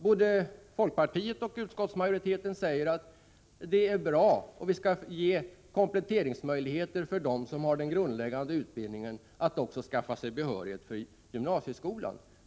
Både folkpartiet och utskottsmajoriteten säger att denna fråga är viktig och att vi skall ge kompletteringsmöjligheter för dem som har den grundläggande utbildningen att också skaffa sig behörighet för gymnasieskolan.